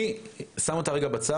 אני שם אותה רגע בצד.